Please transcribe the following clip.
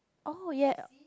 oh ya